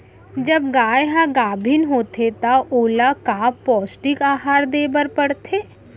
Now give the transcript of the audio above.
जब गाय ह गाभिन होथे त ओला का पौष्टिक आहार दे बर पढ़थे?